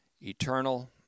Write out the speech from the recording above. eternal